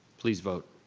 please vote.